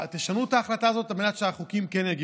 שתשנו את ההחלטה הזאת על מנת שהחוקים כן יגיעו.